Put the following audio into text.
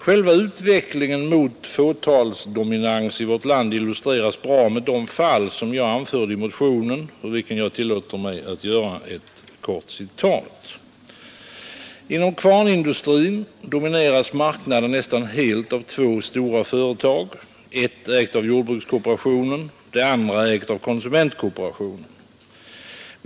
Själva utvecklingen mot fåtalsdominans i vårt land illustreras bra med de fall som jag anfört i motionen, ur vilken jag tillåter mig att göra ett kort citat: ”Inom kvarnindustrin domineras marknaden nästan helt av två stora företag, ett ägt av jordbrukskooperationen, det andra ägt av konsumentkooperationen.